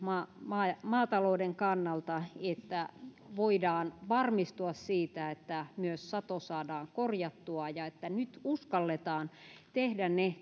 maatalouden kannalta että voidaan varmistua siitä että myös sato saadaan korjattua ja että nyt uskalletaan tehdä ne